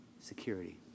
security